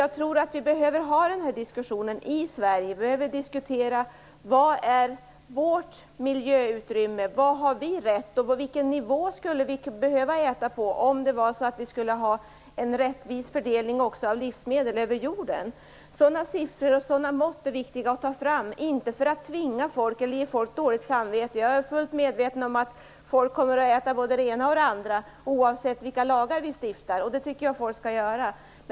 Jag tror att vi behöver föra denna diskussion i Sverige. Vi behöver diskutera vilket vårt miljöutrymme är, vilken rätt vi har och på vilken nivå vi skulle behöva äta för att livsmedlen skall fördelas rättvist över jorden. Sådana siffror och sådana mått är viktiga att ta fram, men inte för att tvinga folk eller ge folk dåligt samvete. Jag är fullt medveten om att folk kommer att äta både det ena och det andra oavsett vilka lagar vi stiftar. Det tycker jag att folk skall göra.